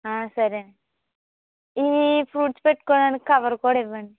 సరే అండి ఇయి ఈ ఫ్రూట్స్ పెట్టుకోవడానికి కవర్ కూడా ఇవ్వండి